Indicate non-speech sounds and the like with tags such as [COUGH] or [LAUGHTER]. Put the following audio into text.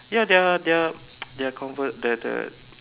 ya they are they are [NOISE] they are conver~ the the